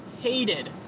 hated